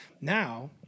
Now